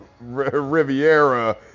Riviera